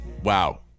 Wow